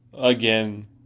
again